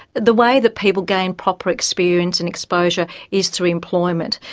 the way that people gain proper experience and exposure is through employment.